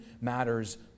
matters